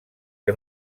que